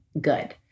good